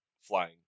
flying